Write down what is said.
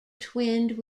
twinned